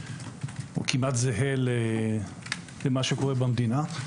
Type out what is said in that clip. או כמעט זהה למה שקורה במדינה.